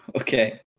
Okay